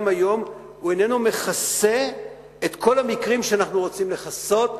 היום איננו מכסה את כל המקרים של בעל סמכות שאנחנו רוצים לכסות.